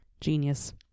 genius